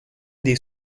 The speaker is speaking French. des